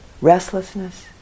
Restlessness